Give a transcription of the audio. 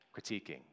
Critiquing